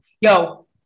Yo